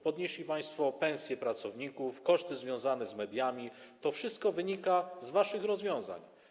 Podnieśli państwo pensje pracowników, koszty związane z mediami - to wszystko wynika z waszych rozwiązań.